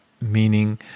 meaning